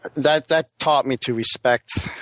that that taught me to respect